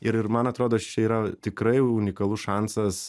ir ir man atrodo čia yra tikrai unikalus šansas